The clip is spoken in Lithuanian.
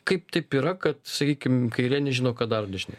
kaip taip yra kad sakykim kairė nežino ką daro dešinė